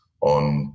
on